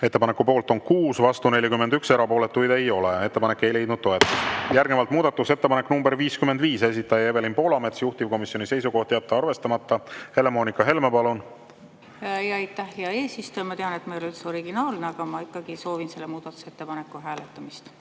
Ettepaneku poolt on 6, vastu 41, erapooletuid ei ole. Ettepanek ei leidnud toetust. Järgnevalt muudatusettepanek nr 55, esitaja Evelin Poolamets, juhtivkomisjoni seisukoht on jätta arvestamata. Helle-Moonika Helme, palun! Aitäh, hea eesistuja! Ma tean, et ma ei ole üldse originaalne, aga ma ikkagi soovin selle muudatusettepaneku hääletamist.